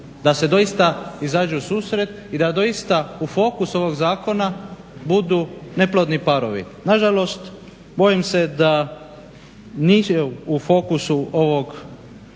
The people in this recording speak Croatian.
da se doista izađe u susret i da doista u fokusu ovog zakona budu neplodni parovi. Na žalost bojim se da nije u fokusu ovog